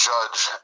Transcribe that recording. Judge